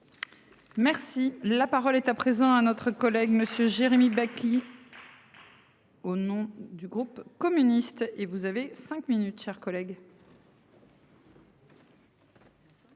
Merci la parole est à présent à notre collègue Monsieur Jérémy Bacchi. Au nom du groupe communiste et vous avez 5 minutes, chers collègues.